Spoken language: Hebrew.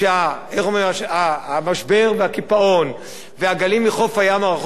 שהמשבר והקיפאון והגלים מחוף הים הרחוק מתחילים להתקרב אלינו,